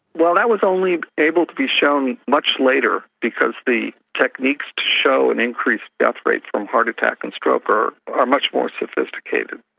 well, that was only able to be shown much later because the techniques to show an increased death rate from heart attack and stroke are are much more sophisticated.